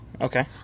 Okay